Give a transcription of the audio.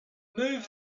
move